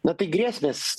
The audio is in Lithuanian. na tai grėsmės